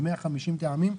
ב-150 טעמים.